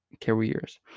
careers